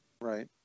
Right